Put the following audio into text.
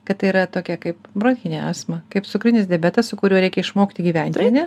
kad tai yra tokia kaip bronchinė astma kaip cukrinis diabetas su kuriuo reikia išmokti gyventi ane